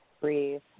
breathe